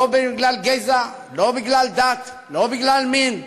לא בגלל גזע, לא בגלל דת, לא בגלל מין.